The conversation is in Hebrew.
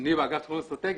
אני ואגף תכנון אסטרטגיה,